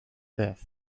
death